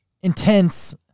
intense